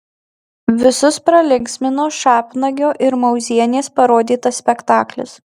visus pralinksmino šapnagio ir mauzienės parodytas spektaklis